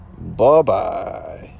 Bye-bye